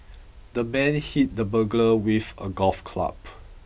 the man hit the burglar with a golf club